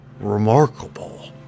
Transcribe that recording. remarkable